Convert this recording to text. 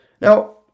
Now